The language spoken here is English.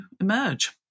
emerge